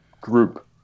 group